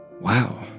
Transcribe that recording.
wow